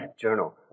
journal